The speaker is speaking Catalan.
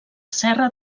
serra